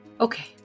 Okay